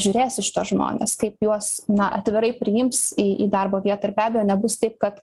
žiūrės į šituos žmones kaip juos na atvirai priims į į darbo vietą ir be abejo nebus taip kad